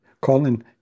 Colin